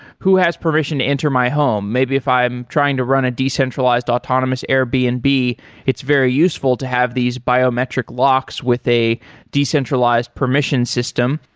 who has permission to enter my home? maybe if i am trying to run a decentralized autonomous airbnb, and it's very useful to have these biometric locks with a decentralized permission system.